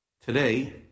Today